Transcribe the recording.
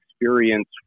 experience